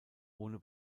ohne